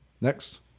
Next